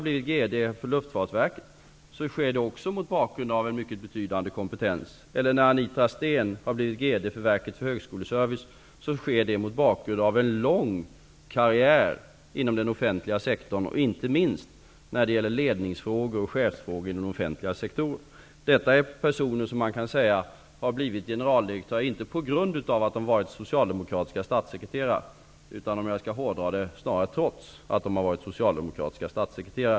Luftfartsverket skedde det också mot bakgrund av en mycket betydande kompetens. När Anitra Steen blev generaldirektör för Verket för högskoleservice skedde det mot bakgrund av en lång karriär inom den offentliga sektorn, inte minst när det gäller ledningsfrågor och chefsfrågor inom den offentliga sektorn. Detta är personer om vilka man kan säga att de har blivit generaldirektörer inte på grund av att de varit socialdemokratiska statssekreterare utan, om jag skall hårdra det, snarare trots detta.